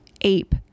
ape